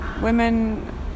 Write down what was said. women